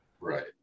Right